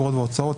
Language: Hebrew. אגרות והוצאות,